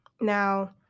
Now